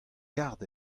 kard